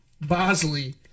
Bosley